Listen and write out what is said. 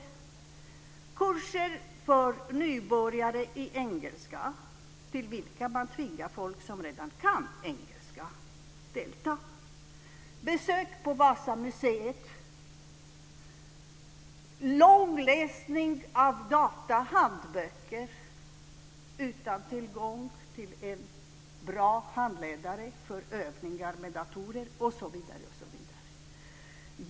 Det är kurser för nybörjare i engelska till vilka man tvingar folk som redan kan engelska att delta, besök på Vasamuseet, långläsning av datahandböcker utan tillgång till en bra handledare för övningar på datorer osv.